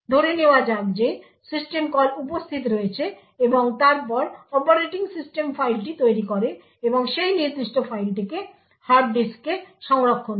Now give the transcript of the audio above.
ধরে নেওয়া যাক যে সিস্টেম কল উপস্থিত রয়েছে এবং তারপর অপারেটিং সিস্টেম ফাইলটি তৈরি করে এবং সেই নির্দিষ্ট ফাইলটিকে হার্ড ডিস্কে সংরক্ষণ করে